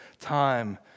time